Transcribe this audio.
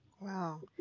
Wow